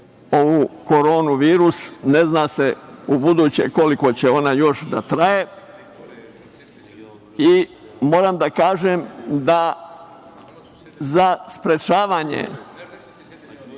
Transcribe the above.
ovaj korona virus, ne zna se ubuduće koliko će ona još da traje, i moram da kažem da za sprečavanje